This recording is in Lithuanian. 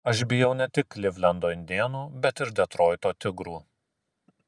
aš bijau ne tik klivlendo indėnų bet ir detroito tigrų